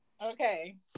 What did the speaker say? Okay